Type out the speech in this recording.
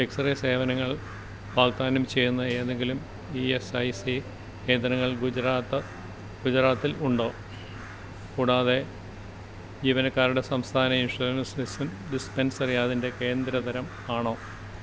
X ray സേവനങ്ങൾ വാഗ്ദാനം ചെയ്യുന്ന ഏതെങ്കിലും ഇ എസ് ഐ സി കേന്ദ്രങ്ങൾ ഗുജറാത്ത് ഗുജറാത്തിൽ ഉണ്ടോ കൂടാതെ ജീവനക്കാരുടെ സംസ്ഥാന ഇൻഷുറൻസ് ഡിസ് ഡിസ്പെൻസറി അതിന്റെ കേന്ദ്ര തരം ആണോ